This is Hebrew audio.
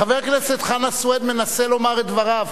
חבר הכנסת סוייד מנסה לומר את דבריו.